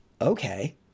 okay